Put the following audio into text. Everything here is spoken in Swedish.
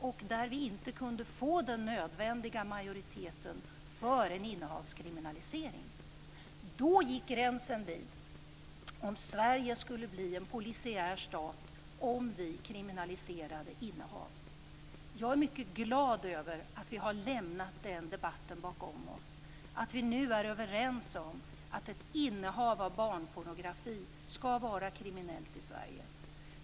Vi kunde inte få den nödvändiga majoriteten för en innehavskriminalisering. Då gick gränsen vid om Sverige skulle bli en polisiär stat om vi kriminaliserade innehav. Jag är mycket glad över att vi har lämnat den debatten bakom oss, att vi nu är överens om att innehav av barnpornografi skall vara kriminellt i Sverige.